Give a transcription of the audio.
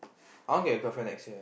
I want get a girlfriend next year